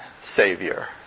Savior